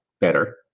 better